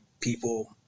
people